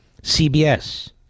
CBS